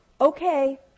Okay